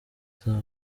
zabo